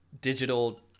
digital